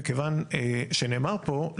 מכיוון שנאמר פה,